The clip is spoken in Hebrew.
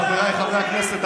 חבריי חברי הכנסת,